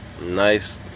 nice